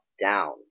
down